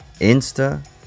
insta